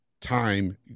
time